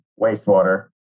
wastewater